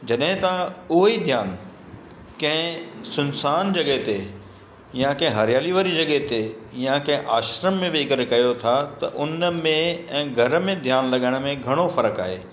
जॾहिं तव्हां उहो ई ध्यानु कंहिं सुनसान जॻह ते या कंहिं हरियाली वारी जॻह ते या कंहिं आश्रम में वेही करे कयो था त हुन में ऐं घर में ध्यानु लॻाइण में घणो फर्क़ु आहे